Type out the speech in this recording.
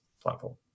platform